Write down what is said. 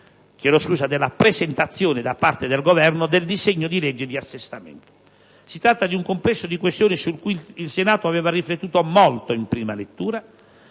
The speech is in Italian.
facoltatività della presentazione da parte del Governo del disegno di legge di assestamento. Si tratta di un complesso di questioni su cui il Senato aveva riflettuto molto in prima lettura,